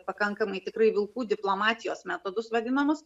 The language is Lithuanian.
pakankamai tikrai vilkų diplomatijos metodus vadinamus